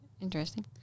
Interesting